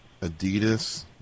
Adidas